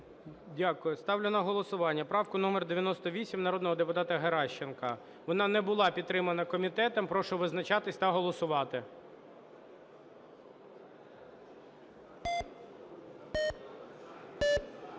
Дякую. Ставлю на голосування правку номер 98 народного депутата Геращенко. Вона не була підтримана комітетом. Прошу визначатись та голосувати.